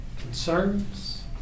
concerns